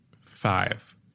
Five